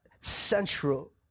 central